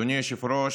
אדוני היושב-ראש,